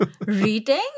Reading